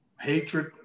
hatred